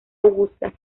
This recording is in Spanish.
augusta